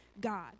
God